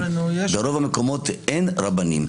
ברוב המקומות אין רבנים.